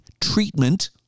treatment